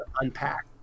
unpack